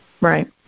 right